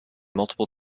multiple